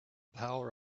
power